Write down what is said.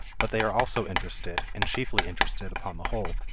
but they are also interested, and chiefly interested upon the whole,